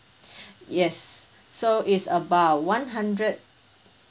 yes so is about one hundred